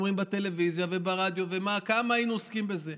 אומרים בטלוויזיה וברדיו וכמה היו עוסקים בזה.